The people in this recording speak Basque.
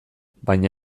baina